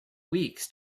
weeks